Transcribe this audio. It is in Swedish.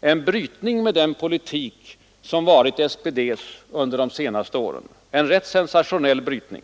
en brytning med den politik som varit SPD:s under de senaste åren, en rätt sensationell brytning.